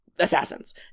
assassins